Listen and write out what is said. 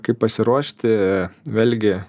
kaip pasiruošti vėlgi